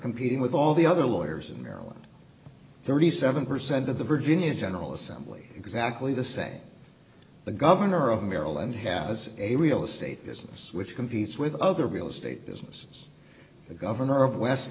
competing with all the other lawyers in maryland thirty seven percent of the virginia general assembly exactly the same the governor of maryland has a real estate business which competes with other real estate businesses the governor of west